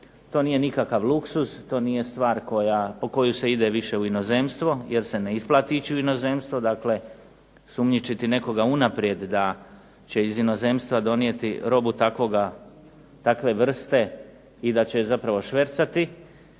To nije nikakav luksuz, to nije stvar po koju se ide više u inozemstvo jer se ne isplati ići u inozemstvo, dakle sumnjičiti nekog unaprijed da će iz inozemstva donijeti robu takve vrste i da će zapravo švercati